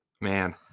Man